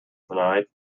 tonight